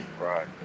right